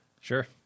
Sure